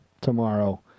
tomorrow